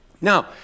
Now